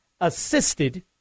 assisted